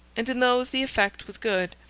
and in those the effect was good.